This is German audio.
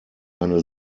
eine